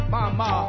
Mama